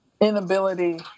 inability